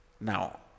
Now